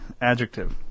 Adjective